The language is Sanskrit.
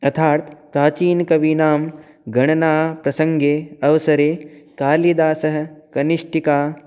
अर्थात् प्राचीनकवीनां गणनाप्रसङ्गे अवसरे कालिदासः कनिष्ठिका